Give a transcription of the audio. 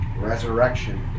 Resurrection